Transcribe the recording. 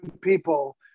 people